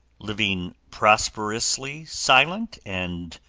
living prosperously silent and